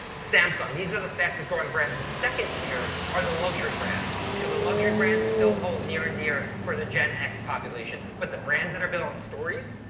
samsung, these are the fastest growing brands. the second tier are the luxury brands because the luxury brands still hold near and dear for the gen x population but the brands that are built on stories,